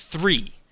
three